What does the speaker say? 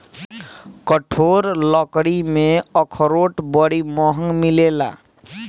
कठोर लकड़ी में अखरोट बड़ी महँग मिलेला